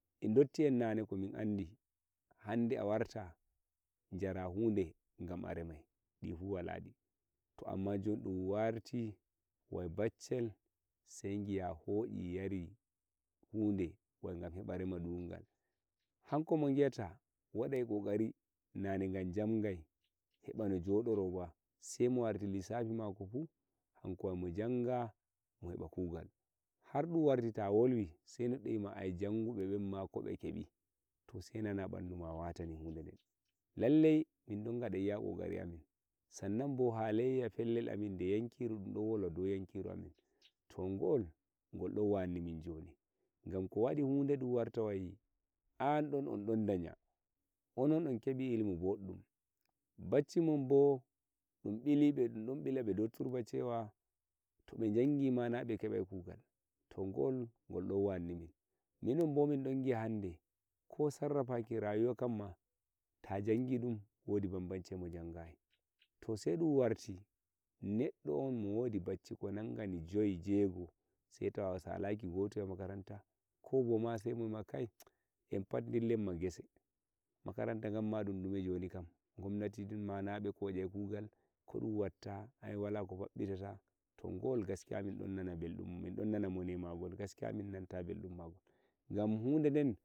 In dothen nani komin andi hande a warta jare hude gan a remai ɗifu waledi to amma jon warti wai baccel sai giya Hoshi yari hude gan heɓa rema dungal hanko mo giyata wadi kokari nane jangai heɓa no jodoro huwa sai mowerti lissafi mako fu hanku wai mo jangai mo heba kugal har dun warti ta wolwi sai neddoyima jangubebenma kobekebi to sai nane bedume wetini hudeden lallai min dongaɗa iya kokari amin sannan bo halayya eh fellel amin dun don wolwa do yankiru amin to gool gol don wannimin joni gam kowadi hude dun warta wai an don ondon decha oon onkebi ilimi boddun bacimonbo ɗumbilibe o turba cewa to be jangima nabe keɓai kugal to gol gol don wannimin minombo min don giya hemem ko sarrateki rayuwa kamma ta janggi dun wodi bambamci mo jangayi to sai dun warti neddo on mowodi bacci ko naggani joi jegoo sai tawa gakki mai moyima kai empat dillenma gese makaranta gam ma dundume jonikam gomnati dumma naɓe ko kochai kugal koɗun watta ai wala ko febbitata to gol gaskiya mindon nana nana mone magol gam hudeden.